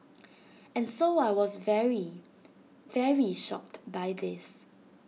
and so I was very very shocked by this